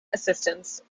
assistant